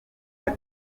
ati